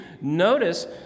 Notice